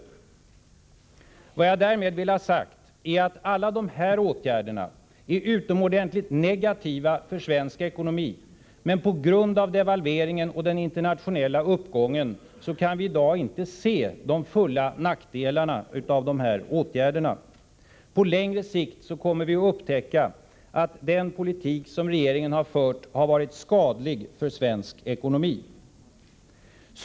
Vad jag därmed vill ha sagt är att alla de här åtgärderna är utomordentligt negativa för svensk ekonomi, men på grund av devalveringen och den internationella uppgången kan vi i dag inte se de fulla nackdelarna av dem. På längre sikt kommer vi att upptäcka att den politik som regeringen har fört har varit skadlig för svensk ekonomi.